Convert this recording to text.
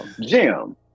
Jim